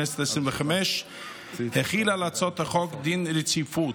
והכנסת העשרים-וחמש החילה על הצעת החוק דין רציפות.